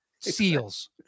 seals